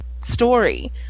story